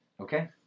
Okay